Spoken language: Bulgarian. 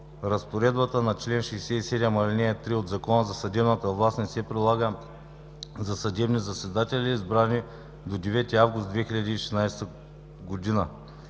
Разпоредбата на чл. 67, ал. 3 от Закона за съдебната власт не се прилага за съдебните заседатели, избрани до 9 август 2016 г.